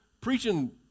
preaching